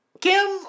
Kim